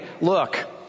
look